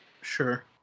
Sure